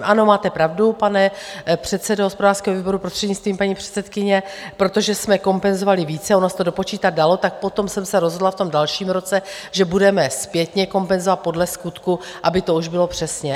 Ano, máte pravdu, pane předsedo hospodářského výboru, prostřednictvím paní předsedkyně, protože jsme kompenzovali více, ono se to dopočítat dalo, tak potom jsem se rozhodla v tom dalším roce, že budeme zpětně kompenzovat podle skutku, aby to už bylo přesně.